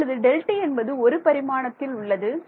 இப்பொழுது Δt என்பது ஒரு பரிமாணத்தில் உள்ளது